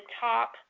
top